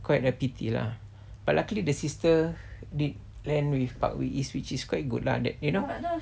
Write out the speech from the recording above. quite a pity lah but luckily the sister did land with parkway east which is quite good lah that you know